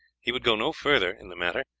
he would go no further in the matter,